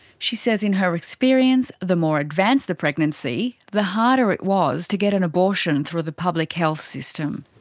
she says in her experience, the more advanced the pregnancy the harder it was to get an abortion through the public health system.